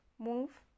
Move